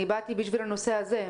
באתי בשביל הנושא הזה.